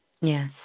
Yes